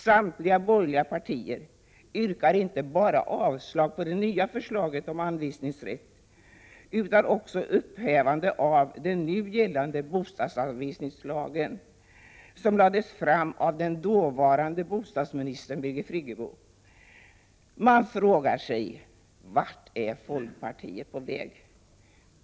Samtliga borgerliga partier yrkar inte bara avslag på förslaget till ny lag om anvisningsrätt utan också upphävande av den nu gällande bostadsanvisningslagen, som föreslogs av dåvarande bostadsministern Birgit Friggebo. Jag frågar mig: Vart är folkpartiet på väg?